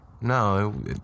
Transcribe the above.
no